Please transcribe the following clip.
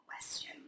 question